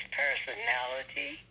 personality